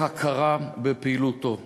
והכרה, על פעילותו.